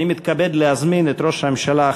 אני מתכבד להזמין את ראש הממשלה,